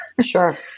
Sure